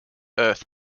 earth